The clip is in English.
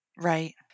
Right